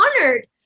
honored